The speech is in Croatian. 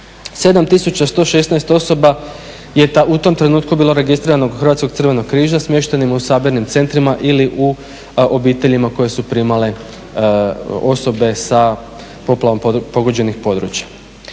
7116 osoba je u tom trenutku bilo registrirano kod Hrvatskog crvenog križa smještenima u sabirnim centrima ili u obiteljima koje su primale osobe sa poplavom pogođenih područja.